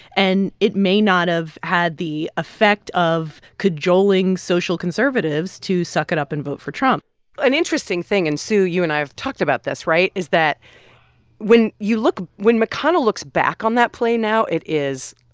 and it may not have had the effect of cajoling social conservatives to suck it up and vote for trump an interesting thing and sue, you and i have talked about this, right? is that when you look when mcconnell looks back on that play now, it is,